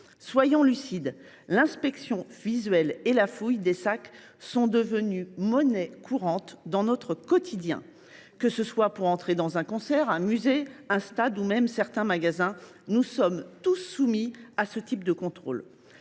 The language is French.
Soyons honnêtes : l’inspection visuelle et la fouille des sacs sont devenues monnaie courante dans notre quotidien ; que ce soit pour entrer dans une salle de concert, un musée, un stade ou même certains magasins, nous sommes tous soumis à ce type de contrôle.